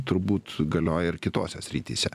turbūt galioja ir kitose srityse